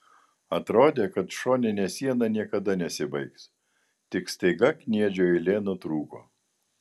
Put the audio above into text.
atrodė kad šoninė siena niekada nesibaigs tik staiga kniedžių eilė nutrūko